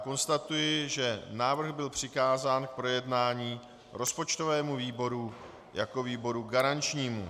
Konstatuji, že návrh byl přikázán k projednání rozpočtovému výboru jako výboru garančnímu.